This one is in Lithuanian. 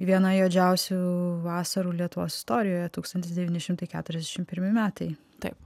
viena juodžiausių vasarų lietuvos istorijoje tūkstantis devyni šimtai keturiasdešimt pirmi metai taip